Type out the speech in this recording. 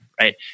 right